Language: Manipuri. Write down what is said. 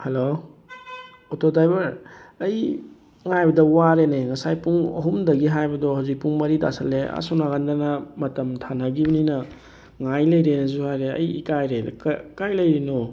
ꯍꯜꯂꯣ ꯑꯣꯇꯣ ꯗ꯭ꯔꯥꯏꯕꯔ ꯑꯩ ꯉꯥꯏꯕꯗ ꯋꯥꯔꯦꯅꯦ ꯉꯁꯥꯏ ꯄꯨꯡ ꯑꯍꯨꯝꯗꯒꯤ ꯍꯥꯏꯕꯗꯣ ꯍꯧꯖꯤꯛ ꯄꯨꯡ ꯃꯔꯤ ꯇꯥꯁꯤꯜꯂꯛꯑꯦ ꯑꯁꯣꯝ ꯅꯥꯀꯟꯗꯅ ꯃꯇꯝ ꯊꯥꯅꯈꯤꯕꯅꯤꯅ ꯉꯥꯏ ꯂꯩꯔꯦꯅꯁꯨ ꯍꯥꯏꯔꯛꯑꯦ ꯑꯩ ꯏꯀꯥꯏꯔꯦꯅꯦ ꯀꯥꯏ ꯂꯩꯔꯤꯅꯣ